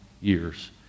years